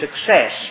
success